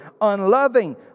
unloving